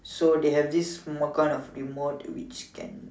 so they have this small kind of remote which can